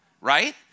right